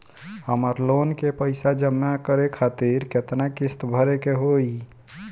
हमर लोन के पइसा जमा करे खातिर केतना किस्त भरे के होई?